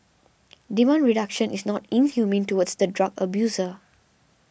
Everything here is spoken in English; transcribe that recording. demand reduction is not inhumane towards the drug abuser